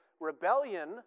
rebellion